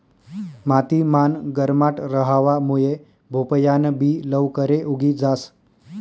माती मान गरमाट रहावा मुये भोपयान बि लवकरे उगी जास